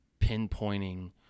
pinpointing